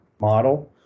model